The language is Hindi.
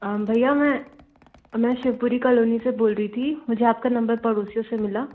भैया मैं मैं शिवपुरी कॉलोनी कॉलोनी से बोल रही थी मुझे आपका नंबर पड़ोसियों से मिला